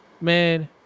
Man